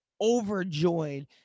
overjoyed